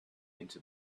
into